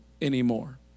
anymore